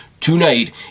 tonight